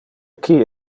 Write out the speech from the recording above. qui